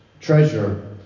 Treasure